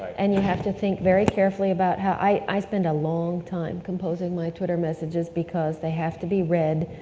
and you have to think very carefully about how, i spend a long time composing my twitter messages because they have to be read,